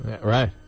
Right